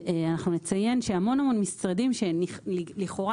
אנחנו נציין שהמון-המון משרדים שלכאורה